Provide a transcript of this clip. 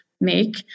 make